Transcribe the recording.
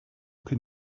can